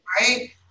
Right